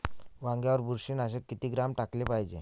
वांग्यावर बुरशी नाशक किती ग्राम टाकाले पायजे?